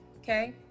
okay